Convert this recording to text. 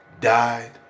died